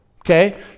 Okay